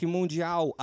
Mundial